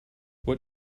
what